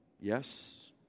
Yes